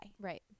right